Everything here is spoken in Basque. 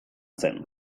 zen